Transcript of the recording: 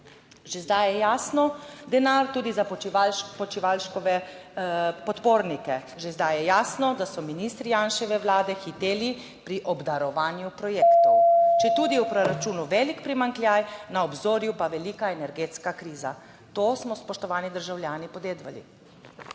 Že zdaj je jasno, denar tudi za Počivalškove podpornike. Že zdaj je jasno, da so ministri Janševe vlade hiteli pri obdarovanju projektov, četudi je v proračunu velik primanjkljaj, na obzorju pa velika energetska kriza. To smo, spoštovani državljani, podedovali.